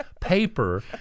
paper